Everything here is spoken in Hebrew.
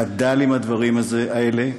חדל עם הדברים האלה,